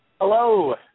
Hello